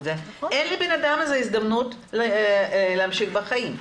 זה אין לבן אדם הזה הזדמנות להמשיך בחיים.